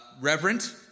reverent